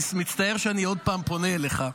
אני מצטער שאני עוד פעם פונה אליך.